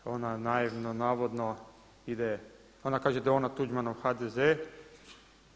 Ona naivno navodno ide, ona kaže da je ona Tuđmanov HDZ-e.